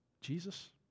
Jesus